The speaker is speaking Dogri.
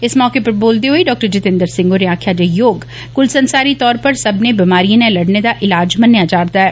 इस मौके पर बोलदे होई डॉ जितेंद्र सिंह होरें आक्खेआ जे योग कुल संसारी तौर पर सब्बने बीमारिए नै लड़ने दा इलाज मन्नेआ जा रदा ऐ